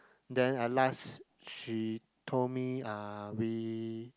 then at last she told me uh we